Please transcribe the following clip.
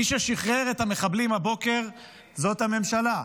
מי ששחרר את המחבלים הבוקר זאת הממשלה.